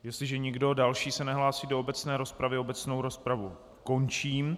Jestliže nikdo další se nehlásí do obecné rozpravy, obecnou rozpravu končím.